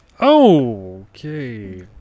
Okay